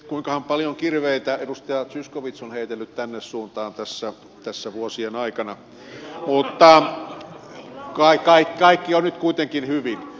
kuinkahan paljon kirveitä edustaja zyskowicz on heitellyt tähän suuntaan tässä vuosien aikana mutta kaikki on nyt kuitenkin hyvin